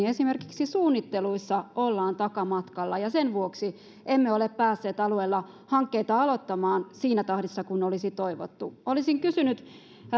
esimerkiksi suunnitteluissa ollaan takamatkalla ja sen vuoksi emme ole päässeet alueilla hankkeita aloittamaan siinä tahdissa kuin olisi toivottu olisin kysynyt